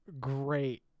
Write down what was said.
great